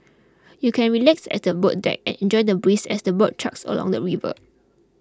you can relax at the boat deck and enjoy the breeze as the boat chugs along the river